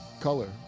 color